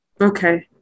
okay